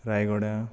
Rayagada